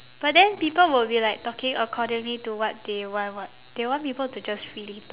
but then people will be like talking accordingly to what they want [what] they want people to just freely talk